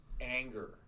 anger